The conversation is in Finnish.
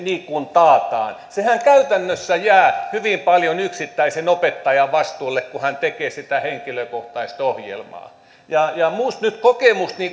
taataan sehän käytännössä jää hyvin paljon yksittäisen opettajan vastuulle kun hän tekee sitä henkilökohtaista ohjelmaa ja minusta nyt kokemus